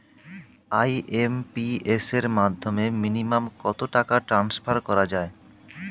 IMPS এর মাধ্যমে minimum কত টাকা ট্রান্সফার করা যায়?